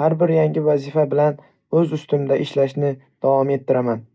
Har bir yangi vazifa bilan o'z ustimda ishlashni davom ettiraman.